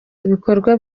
ibikorwa